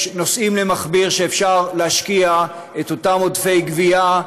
יש נושאים למכביר שאפשר להשקיע בהם את אותם עודפי גבייה,